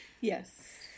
yes